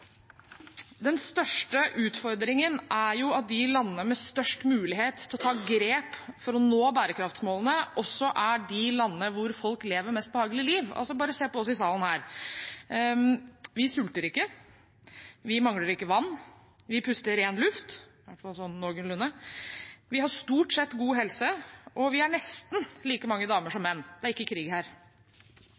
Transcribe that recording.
Den største utfordringen er at de landene med størst mulighet til å ta grep for å nå bærekraftsmålene også er de landene hvor folk lever mest behagelige liv. Bare se på oss i salen her: Vi sulter ikke, vi mangler ikke vann, og vi puster ren luft – i hvert fall sånn noenlunde. Vi har stort sett god helse, og vi er nesten like mange damer som menn. Det er ikke krig her.